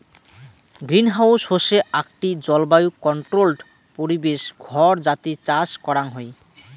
greenhouse হসে আকটি জলবায়ু কন্ট্রোল্ড পরিবেশ ঘর যাতি চাষ করাং হই